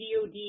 DOD